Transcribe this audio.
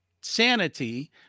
sanity